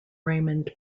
raymond